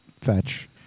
fetch